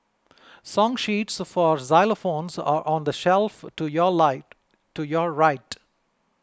song sheets for xylophones are on the shelf to your light to your right